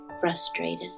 frustrated